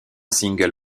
single